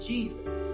Jesus